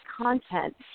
content